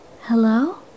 Hello